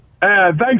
Thanks